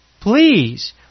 Please